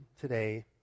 today